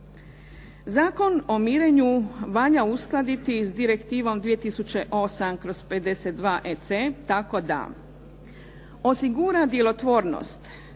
Zakon o mirenju valja uskladi sa direktivom 2008/52 EC tako da osigura djelotvornost,